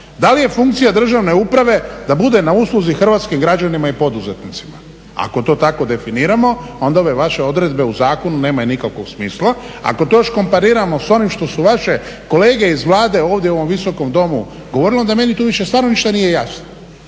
Da li je funkcija državne uprave da bude na usluzi hrvatskim građanima i poduzetnicima. Ako to tako definiramo, onda ove vaše odredbe u zakonu nemaju nikakvog smisla. Ako to još kompariramo sa onim što su vaše kolege iz Vlade ovdje u ovom Visokom domu govorili onda meni tu više stvarno ništa nije jasno.